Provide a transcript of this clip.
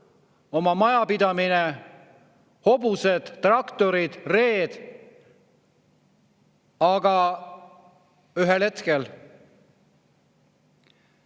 oma majapidamine, hobused, traktorid, reed. Aga ühel hetkel,